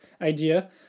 idea